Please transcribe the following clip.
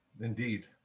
indeed